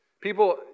people